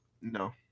No